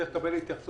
צריך לקבל התייחסות.